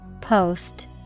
Post